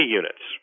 units